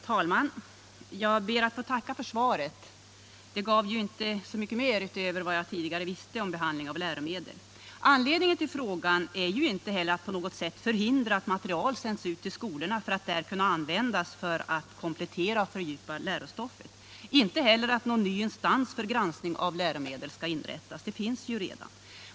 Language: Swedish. Herr talman! Jag ber att få tacka för svaret. Det gav dock inte så mycket utöver vad jag tidigare visste om behandlingen av läromedel. Anledningen till frågan är ju inte att jag på något sätt vill förhindra att material sänds ut till skolorna för att där kunna användas för att komplettera och fördjupa lärostoffet. Inte heller att någon ny instans för granskning av läromedel skall inrättas — en sådan finns ju redan.